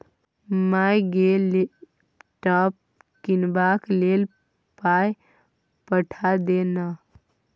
माय गे लैपटॉप कीनबाक लेल पाय पठा दे न